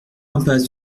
impasse